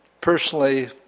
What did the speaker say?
personally